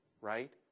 right